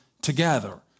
together